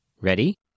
Ready